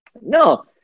No